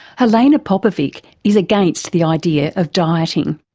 helena popovic is against the idea of dieting.